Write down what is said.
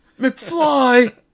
McFly